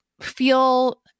feel